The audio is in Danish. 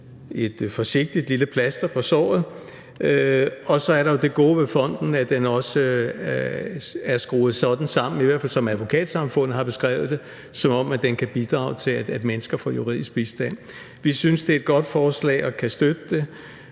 et forsigtigt lille plaster på såret. Og så er der jo det gode ved fonden, at den, i hvert fald som Advokatsamfundet har beskrevet det, er skruet sådan sammen, at den kan bidrage til, at mennesker kan få juridisk bistand. Vi synes, det er et godt forslag, og vi kan støtte det.